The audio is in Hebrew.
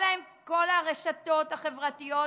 כל הרשתות החברתיות